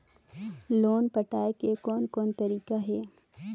Loan पटाए के कोन कोन तरीका हे?